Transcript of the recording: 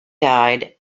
died